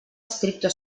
stricto